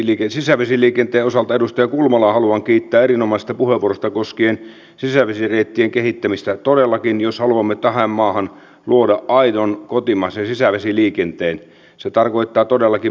tämä voi johtua myös fyysisestä ympäristöstä ja esimerkiksi tämän salin akustiikasta mutta siitä huolimatta ajattelen että emme kenties aina muista mitä on arvokas käyttäytyminen